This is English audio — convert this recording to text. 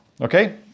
okay